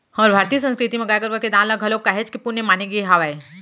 हमर भारतीय संस्कृति म गाय गरुवा के दान ल घलोक काहेच के पुन्य माने गे हावय